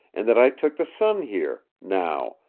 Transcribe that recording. and that i took the sun here, now,